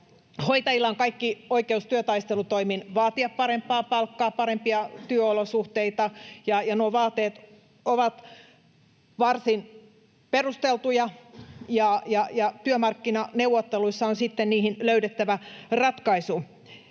Hoitajilla on kaikki oikeus työtaistelutoimin vaatia parempaa palkkaa ja parempia työolosuhteita. Nuo vaateet ovat varsin perusteltuja, ja työmarkkinaneuvotteluissa on sitten niihin löydettävä ratkaisu.